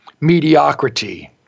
mediocrity